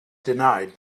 denied